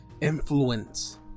influence